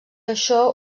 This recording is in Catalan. això